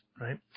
right